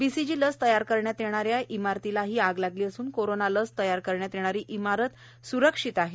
BCG लस तयार करण्यात येणाऱ्या इमारतीला ही आग लागली असून कोरोना लस तयार करण्यात येणारी इमारत सुरक्षित आहे